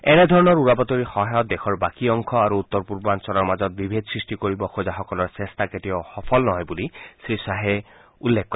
এনেধৰণৰ উৰাবাতৰিৰ সহায়ত দেশৰ বাকী অংশ আৰু উত্তৰ পূৰ্বাঞলৰ মাজত বিভেদ সৃষ্টি কৰিব খোজা সকলৰ চেষ্টা কেতিয়াও সফল নহয় বুলি শ্ৰীশ্বাহে উল্লেখ কৰে